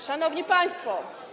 Szanowni Państwo!